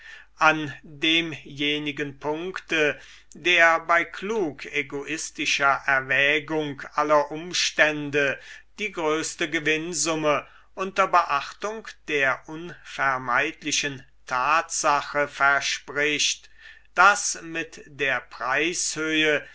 an demjenigen punkte der bei klug egoistischer erwägung aller umstände die größte gewinnsumme unter beachtung der unvermeidlichen tatsache verspricht daß mit der preishöhe